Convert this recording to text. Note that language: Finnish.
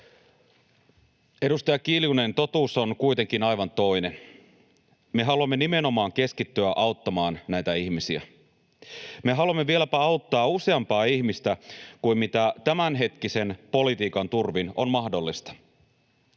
Edustaja Kiljunen, totuus on kuitenkin aivan toinen. Me haluamme nimenomaan keskittyä auttamaan näitä ihmisiä. Me haluamme vieläpä auttaa useampaa ihmistä kuin tämänhetkisen politiikan turvin on mahdollista.